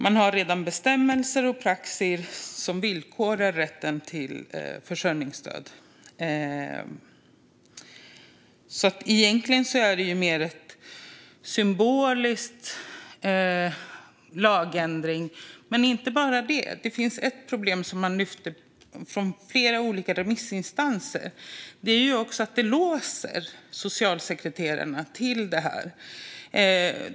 Det finns redan bestämmelser och praxis som villkorar rätten till försörjningsstöd. Egentligen är det mer fråga om en symbolisk lagändring. Men det finns ett problem som flera olika remissinstanser lyfter upp, nämligen att kravet låser socialsekreterarna.